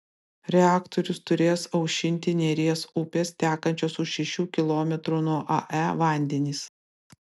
reaktorius turės aušinti neries upės tekančios už šešių kilometrų nuo ae vandenys